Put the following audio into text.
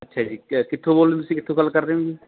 ਅੱਛਾ ਜੀ ਕਿੱਥੋਂ ਬੋਲਦੇ ਤੁਸੀਂ ਕਿੱਥੋਂ ਗੱਲ ਕਰਦੇ ਹੋ ਜੀ